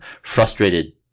frustrated